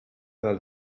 del